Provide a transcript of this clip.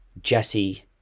Jesse